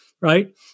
right